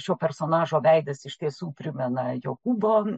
šio personažo veidas iš tiesų primena jokūbo